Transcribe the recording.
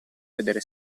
vedere